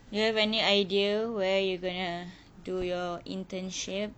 you have any idea where you gonna do your internship